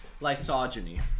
lysogeny